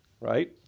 Right